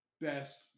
best